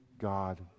God